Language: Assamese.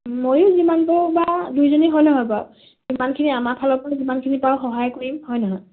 ময়ো যিমান পাৰো বা দুইজনী হয় নহয় বাৰু যিমানখিনি আমাৰ ফালৰ পৰা যিমানখিনি পাৰো সহায় কৰিম হয় নহয়